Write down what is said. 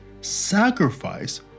sacrifice